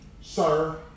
sir